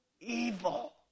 Evil